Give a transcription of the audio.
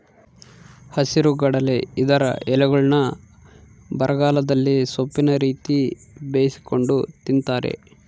ಹಸಿರುಗಡಲೆ ಇದರ ಎಲೆಗಳ್ನ್ನು ಬರಗಾಲದಲ್ಲಿ ಸೊಪ್ಪಿನ ರೀತಿ ಬೇಯಿಸಿಕೊಂಡು ತಿಂತಾರೆ